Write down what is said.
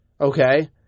Okay